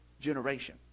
generation